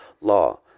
law